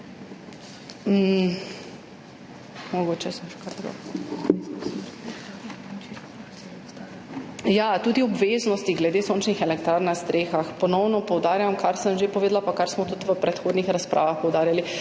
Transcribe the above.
tudi obveznosti glede sončnih elektrarn na strehah. Ponovno poudarjam, kar sem že povedala in kar smo tudi v predhodnih razpravah poudarjali,